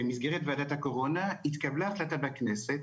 הבשורה